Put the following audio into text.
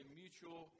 mutual